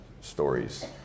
stories